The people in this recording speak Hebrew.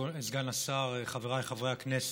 סגן השר, חבריי חברי הכנסת,